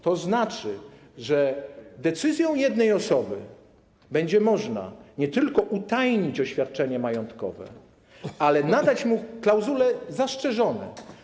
To oznacza, że decyzją jednej osoby będzie można nie tylko utajnić oświadczenie majątkowe, ale też nadać mu klauzulę „zastrzeżone”